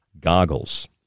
goggles